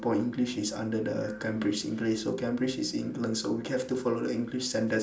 ~pore english is under the cambridge english so cambridge is england so we have to follow the english standard